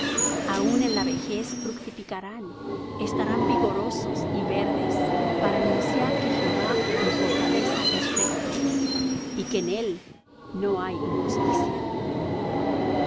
aun en la vejez fructificarán estarán vigorosos y verdes para anunciar que jehová mi fortaleza es recto y que en él no hay injusticia